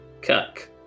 Cuck